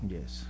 Yes